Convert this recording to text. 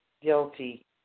Guilty